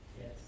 Yes